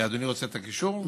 אדוני רוצה את הקישור?